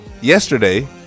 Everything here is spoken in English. yesterday